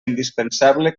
indispensable